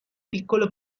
piccolo